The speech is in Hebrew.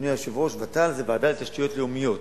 אדוני היושב-ראש, ות"ל זה ועדה לתשתיות לאומיות.